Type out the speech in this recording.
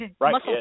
Right